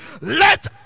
let